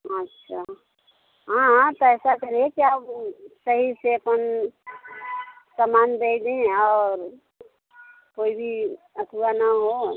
अच्छा हाँ हाँ कैसा करें क्या सही से अपन सामान दे दें और कोई भी ना हो